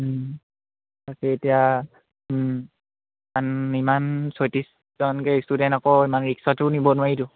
তাকে এতিয়া ইমান ছয়ত্ৰিছজনকৈ ষ্টুডেণ্ট আকৌ ইমান ৰিক্সটো নিব নোৱাৰিতো